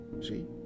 See